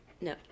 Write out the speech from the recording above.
No